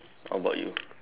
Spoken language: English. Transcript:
how about you